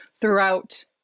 throughout